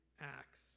acts